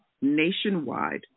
nationwide